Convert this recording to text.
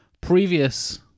previous